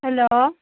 hello